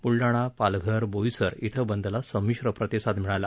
बुलडाणा पालघर बोईसर इथं बंदला संमीश्र प्रतिसाद मिळाला